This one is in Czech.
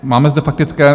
Máme zde faktické?